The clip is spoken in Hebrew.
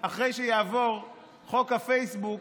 אחרי שיעבור חוק הפייסבוק